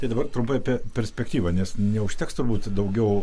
taip dabar trumpai apie perspektyvą nes neužteks turbūt daugiau